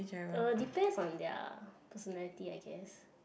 uh depends on their personality I guess